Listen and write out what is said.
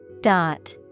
Dot